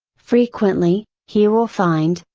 frequently, he will find,